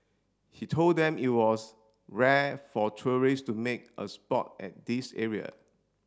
he told them it was rare for tourists to make a spot at this area